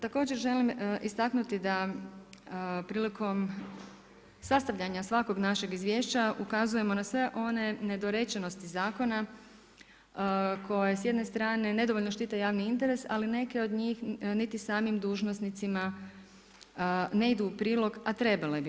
Također želim istaknuti da prilikom sastavljanja svakog našeg izvješća ukazujemo na sve one nedorečenosti zakona koje s jedne strane nedovoljno štite javni interes ali neke od njih niti samim dužnosnicima ne idu u prilog a treba bi.